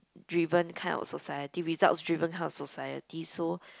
driven kind of society results driven kind of society so